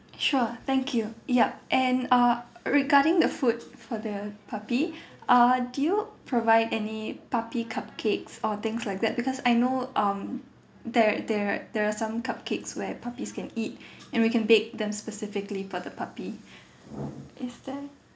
sure thank you yup and uh regarding the food for the puppy uh do you provide any puppy cupcakes or things like that because I know um there there there are some cupcakes where puppies can eat and we can bake them specifically for the puppy is there